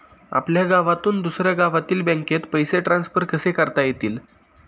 आपल्या गावातून दुसऱ्या गावातील बँकेत पैसे ट्रान्सफर कसे करता येतील?